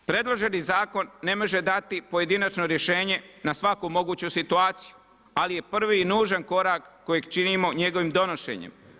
Predloženi zakon ne može dati pojedinačno rješenje na svaku moguću situaciju, ali je prvi i nužan korak kojeg činimo njegovim donošenjem.